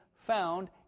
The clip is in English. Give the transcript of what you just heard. found